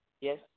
Yes